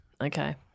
Okay